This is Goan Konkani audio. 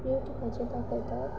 युट्यूबाचेर दाखयतात